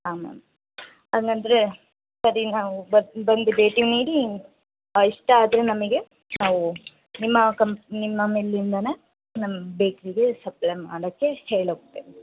ಹಾಂ ಮ್ಯಾಮ್ ಹಾಗಾದರೆ ಸರಿ ನಾವು ಬರ್ತೀ ಬಂದು ಭೇಟಿ ನೀಡಿ ಇಷ್ಟ ಆದರೆ ನಮಗೆ ನಾವು ನಿಮ್ಮ ಕಂಪ್ ನಿಮ್ಮ ಮಿಲ್ಲಿಂದಾನೇ ನಮ್ಮ ಬೇಕ್ರಿಗೆ ಸಪ್ಲೈ ಮಾಡೋಕ್ಕೆ ಹೇಳೋಗ್ತೇನೆ